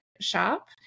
shop